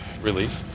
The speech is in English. Relief